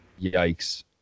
Yikes